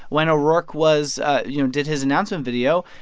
when o'rourke was ah you know, did his announcement video,